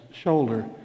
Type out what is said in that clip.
shoulder